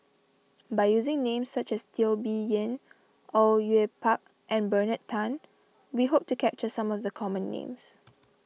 by using names such as Teo Bee Yen Au Yue Pak and Bernard Tan we hope to capture some of the common names